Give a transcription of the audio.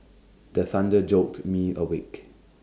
the thunder jolt me awake